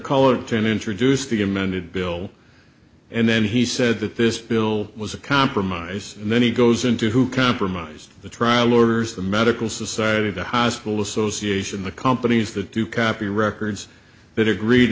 cullerton introduced the amended bill and then he said that this bill was a compromise and then he goes into compromise the trial lawyers the medical society the hospital association the companies that do copy records that agree